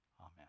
Amen